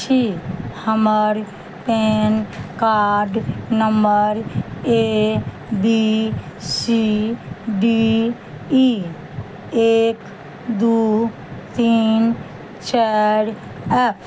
छी हमर PAN card number A B C D E एक दू तीन चारि एफ